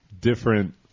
different